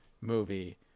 movie